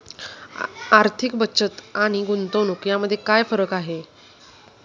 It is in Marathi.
आर्थिक बचत आणि गुंतवणूक यामध्ये काय फरक आहे?